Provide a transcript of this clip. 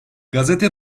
gazete